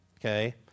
Okay